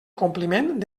compliment